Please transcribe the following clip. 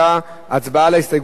הצבעה על ההסתייגות השנייה,